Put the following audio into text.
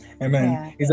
Amen